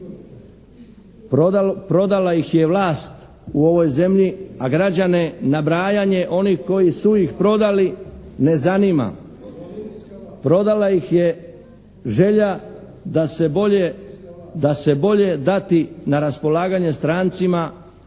prodala ih je vlast u ovoj zemlji, a građane nabrajanje onih koji su ih prodali ne zanima. Prodala ih je želja da se bolje dati na raspolaganje strancima,